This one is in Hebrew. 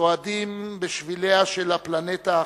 צועדים בשביליה של "הפלנטה האחרת",